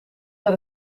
naar